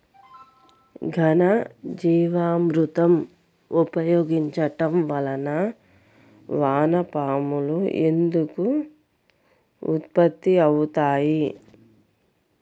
ఘనజీవామృతం ఉపయోగించటం వలన వాన పాములు ఎందుకు ఉత్పత్తి అవుతాయి?